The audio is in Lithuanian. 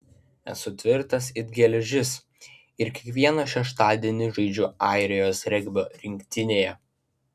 esu tvirtas it geležis ir kiekvieną šeštadienį žaidžiu airijos regbio rinktinėje